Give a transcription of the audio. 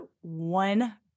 one